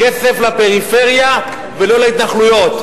כסף לפריפריה ולא להתנחלויות,